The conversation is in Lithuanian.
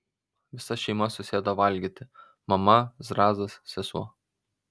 visa šeima susėdo valgyti mama zrazas sesuo